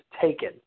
taken